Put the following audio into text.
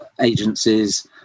agencies